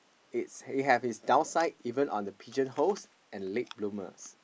it's it have his down sign on it's downside even on the pigeon holes and late bloomers